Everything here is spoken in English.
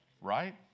Right